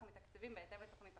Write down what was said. אנחנו מתקצבים בהתאם לתוכנית החומש.